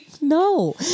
no